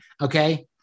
okay